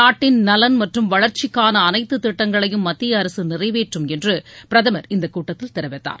நாட்டின் நலன் மற்றும் வளர்ச்சிக்கான அனைத்து திட்டங்களையும் மத்திய அரசு நிறைவேற்றும் என்று பிரதமர் இந்தக் கூட்டத்தில் தெரிவித்தார்